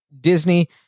Disney